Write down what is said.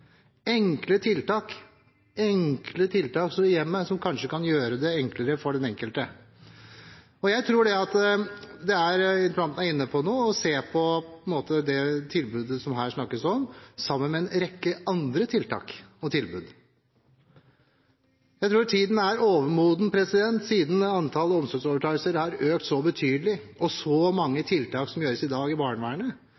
hjemmet som kanskje kan gjøre det lettere for den enkelte. Jeg tror interpellanten er inne på noe når det gjelder å se på det tilbudet det her snakkes om, sammen med en rekke andre tiltak og tilbud. Siden antall omsorgsovertakelser har økt så betydelig, og så mange tiltak i dag gjøres i barnevernet, tror jeg tiden er overmoden